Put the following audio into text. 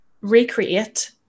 recreate